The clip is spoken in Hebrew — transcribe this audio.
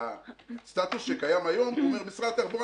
הסטטוס שקיים היום אומר: משרד התחבורה